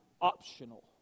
optional